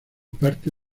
parte